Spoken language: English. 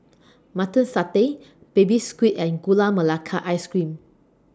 Mutton Satay Baby Squid and Gula Melaka Ice Cream